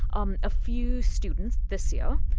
um a few students, this year,